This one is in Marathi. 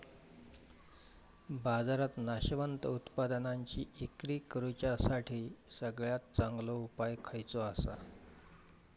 बाजारात नाशवंत उत्पादनांची इक्री करुच्यासाठी सगळ्यात चांगलो उपाय खयचो आसा?